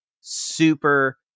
super